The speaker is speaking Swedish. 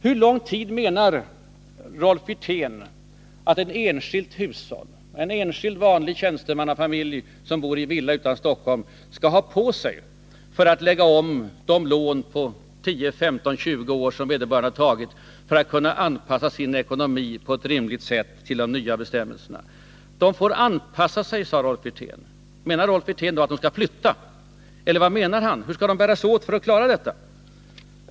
Hur lång tid menar Rolf Wirtén att ett enskilt hushåll, en enskild vanlig tjänstemannafamilj som bor i villa utanför Stockholm, skall ha på sig för att lägga om de lån på 10, 15 eller 20 år som vederbörande har tagit, för att kunna anpassa sin ekonomi på ett rimligt sätt till de nya bestämmelserna? De får anpassa sig, sade Rolf Wirtén. Menar Rolf Wirtén då att de skall flytta, eller vad menar han? Hur skall de bära sig åt för att klara sin ekonomi?